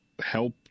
help